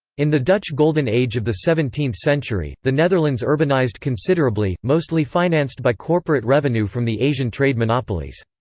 in the dutch golden age of the seventeenth century, the netherlands urbanised considerably, mostly financed by corporate revenue from the asian trade monopolies.